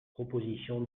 proposition